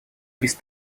без